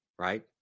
Right